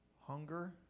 hunger